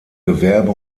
gewerbe